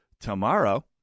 tomorrow